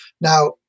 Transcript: Now